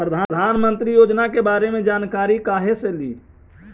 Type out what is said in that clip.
प्रधानमंत्री योजना के बारे मे जानकारी काहे से ली?